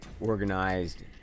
organized